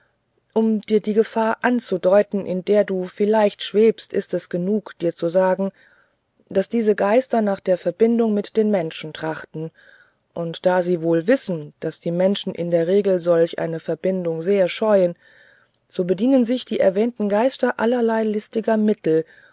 um dir die gefahr anzudeuten in der du vielleicht schwebst ist es genug dir zu sagen daß diese geister nach der verbindung mit den menschen trachten und da sie wohl wissen daß die menschen in der regel solch eine verbindung sehr scheuen so bedienen sich die erwähnten geister allerlei listiger mittel